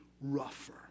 rougher